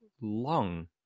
long